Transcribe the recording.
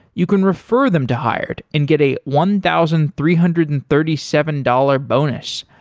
you can refer them to hired and get a one thousand three hundred and thirty seven dollars bonus.